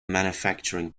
manufacturing